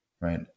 right